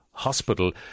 Hospital